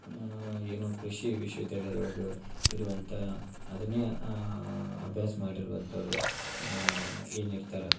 ಏನು ಕೃಷಿ ವಿಶ್ವವಿದ್ಯಾಲಯದ ಒಳಗೆ ಇರುವಂಥ ಅದನ್ನೇ ಅಭ್ಯಾಸ ಮಾಡಿರೊ ಅಂಥವ್ರು ಏನು ಇರ್ತಾರೆ